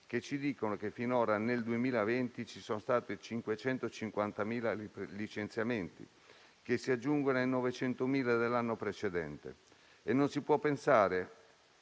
che ci dicono che finora nel 2020 ci sono stati 550.000 licenziamenti, che si aggiungono ai 900.000 dell'anno precedente. E non si può pensare